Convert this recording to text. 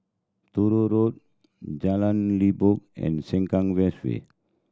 Road Jalan Limbok and Sengkang West Way